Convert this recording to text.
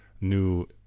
new